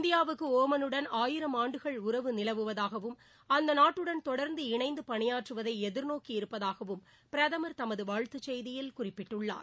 இந்தியாவுக்கு ஒமலுடன் ஆயிரம் ஆண்டுகள் உறவு நிலவுவதாகவும் அந்த நாட்டுடன் தொடர்ந்து இணைந்து பணியாற்றுவதை எதிர்நோக்கி இருப்பதாகவும் பிரதமர் தமது வாழ்த்து செய்தியில் குறிப்பிட்டுள்ளார்